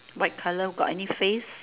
white colour got any face